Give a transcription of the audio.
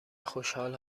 خوشحال